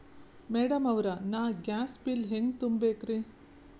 Madam ಅವ್ರ, ನಾ gas bill ಹೆಂಗ ತುಂಬಾ ಬೇಕ್ರಿ?